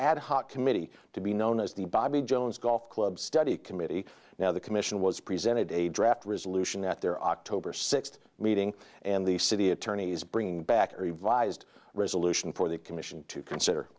ad hoc committee to be known as the bobby jones golf club study committee now the commission was presented a draft resolution at their october sixth meeting and the city attorney's bringing back a revised resolution for the commission to consider